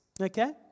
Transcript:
okay